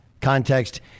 context